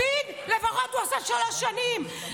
לפיד לפחות עשה שלוש שנים,